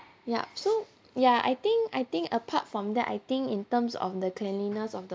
yup so ya I think I think apart from that I think in terms of the cleanliness of the